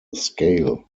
scale